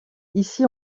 ici